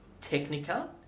Technica